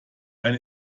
ein